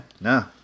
no